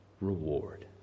reward